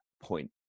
point